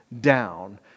down